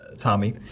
Tommy